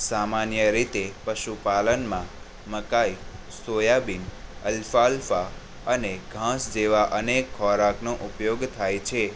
સામાન્ય રીતે પશુપાલનમાં મકાઈ સોયાબીન અલ્ફાલ્ફા અને ઘાંસ જેવા અનેક ખોરાકનો ઉપયોગ થાય છે